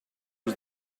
was